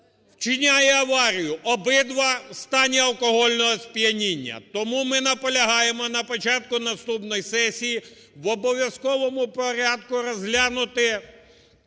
вчиняє аварії. Обидва – у стані алкогольного сп'яніння. Тому ми наполягаємо на початку наступної сесії в обов'язковому порядку розглянути